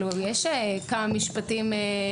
יש כמה משפטים.